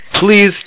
please